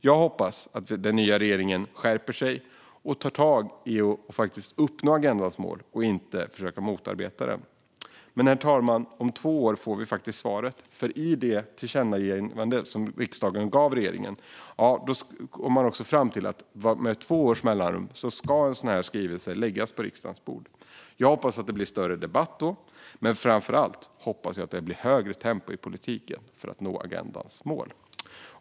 Jag hoppas att den nya regeringen skärper sig och tar tag i att faktiskt uppnå agendans mål och inte försöker motarbeta dem. Men, herr talman, om två år får vi svaret, för i det tillkännagivande som riksdagen gav regeringen sa man också att en sådan här skrivelse med två års mellanrum ska läggas på riksdagens bord. Jag hoppas att det blir större debatt då, och framför allt hoppas jag att det blir högre tempo i politiken för att nå agendans mål.